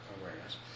awareness